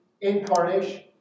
incarnation